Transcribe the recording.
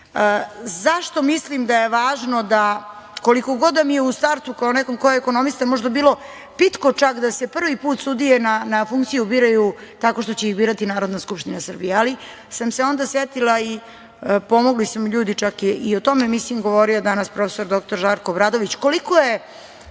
mislim da je važno? Koliko god da mi u startu kao nekom ko je ekonomista možda bilo pitko čak da se prvi put sudije na funkciju biraju tako što će ih birati Narodna skupština Srbije, ali sam se onda setila, i pomogli su mi čak ljudi i u tome, mislim da je govorio danas prof. Žarko Obradović,